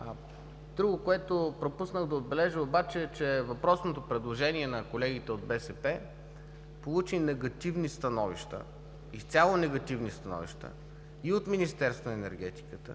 Друго, което пропуснах да отбележа, е, че въпросното предложение на колегите от БСП получи негативни, изцяло негативни становища и от Министерството на енергетика,